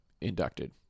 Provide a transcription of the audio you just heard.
inducted